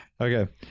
Okay